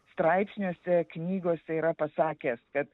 straipsniuose knygose yra pasakęs kad